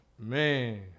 man